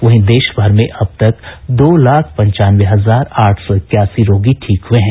वहीं देश भर में अब तक दो लाख पंचानवे हजार आठ सौ इक्यासी रोगी ठीक हुए हैं